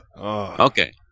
Okay